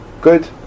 Good